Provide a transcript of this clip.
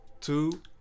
two